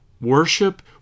worship